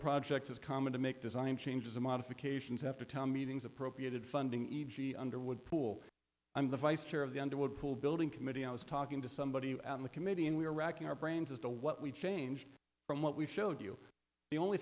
projects is common to make design changes and modifications after town meetings appropriated funding e g underwood pool i'm the vice chair of the underwood pool building committee i was talking to somebody on the committee and we are wracking our brains as to what we changed from what we showed you the only